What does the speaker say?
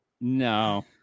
No